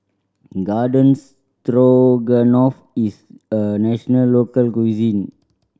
Garden Stroganoff is a national local cuisine